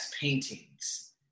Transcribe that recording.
paintings